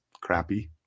crappy